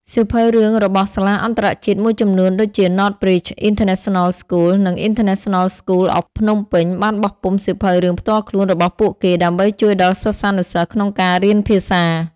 សៀវភៅរឿងរបស់ សាលាអន្តរជាតិ មួយចំនួនដូចជា Northbridge International School និង International School of Phnom Penh បានបោះពុម្ពសៀវភៅរឿងផ្ទាល់ខ្លួនរបស់ពួកគេ ដើម្បីជួយដល់សិស្សានុសិស្សក្នុងការរៀនភាសា។